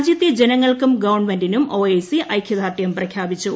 രാജ്യത്തെ ജനങ്ങൾക്കും ഗവൺമെന്റിനും ഒ ഐ സി ഐകൃദാർഢ്യം പ്രഖ്യാപിച്ചു